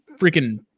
freaking